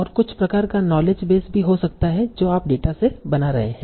और कुछ प्रकार का नॉलेजबेस भी हो सकता है जो आप डेटा से बना रहे हैं